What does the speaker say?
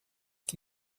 que